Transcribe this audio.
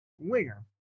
winger